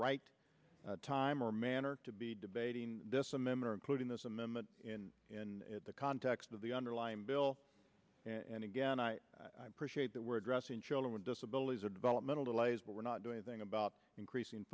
right time or manner to be debating this a member and putting this amendment in the context of the underlying bill and again i appreciate that we're addressing children with disabilities or developmental delays but we're not do anything about increasing